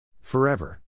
Forever